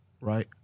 Right